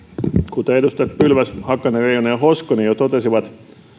kuten edustajat pylväs hakanen reijonen ja hoskonen jo totesivat